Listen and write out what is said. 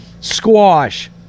Squash